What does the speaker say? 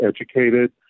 educated